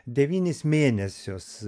devynis mėnesius